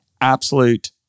absolute